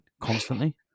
constantly